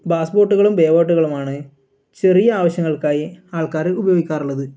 bass ബോട്ടുകളും bay ബോട്ടുകളുമാണ് ചെറിയ ആവശ്യങ്ങൾക്കായി ആൾക്കാർ ഉപയോഗിക്കാറുള്ളത്